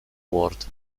ward